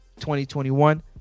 2021